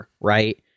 right